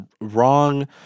wrong